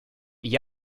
gli